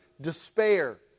despair